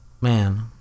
man